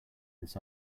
this